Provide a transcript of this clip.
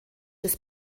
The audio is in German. des